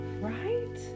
right